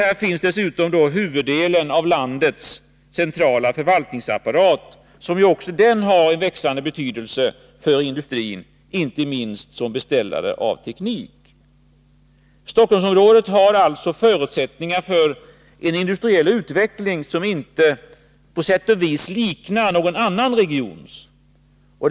Här finns dessutom huvuddelen av landets centrala förvaltningsapparat, som också har växande betydelse för industrin, inte minst som beställare av teknik. Stockholmsområdet har alltså förutsättningar för en industriell utveckling som på sätt och vis inte liknar någon annan regions.